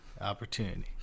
opportunity